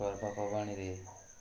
ପର୍ବପବାଣିୀରେ